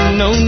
no